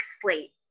slate